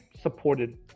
supported